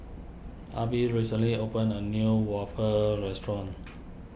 Abbie recently opened a new Waffle restaurant